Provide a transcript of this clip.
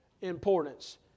importance